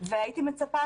והייתי מצפה